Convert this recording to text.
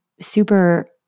super